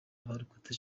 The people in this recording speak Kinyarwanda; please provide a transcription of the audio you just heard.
abarokotse